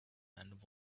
and